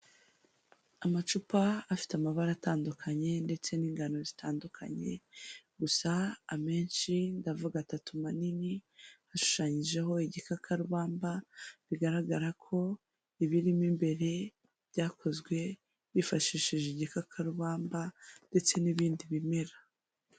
Amacupa afite amabara atandukanye ndetse n'ingano zitandukanye, gusa amenshi ndavuga atatu manini hashushanyijeho igikakabamba, bigaragara ko ibirimo imbere byakozwe bifashishije igikakarubamba ndetse n'ibindi bimera.